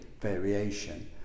variation